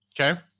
Okay